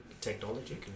technology